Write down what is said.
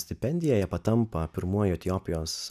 stipendija jie patampa pirmuoju etiopijos